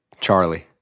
Charlie